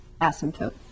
asymptote